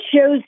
shows